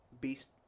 beast